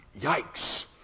yikes